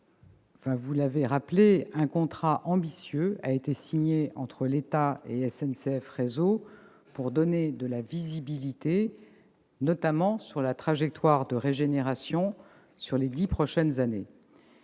le sénateur, un contrat ambitieux a été signé entre l'État et SNCF Réseau pour donner de la visibilité, notamment, sur la trajectoire de régénération pour les dix prochaines années.